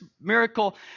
miracle